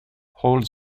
hold